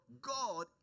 God